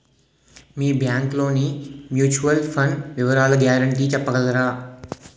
మీ bank లోని mutual fund వివరాల guarantee చెప్పగలరా?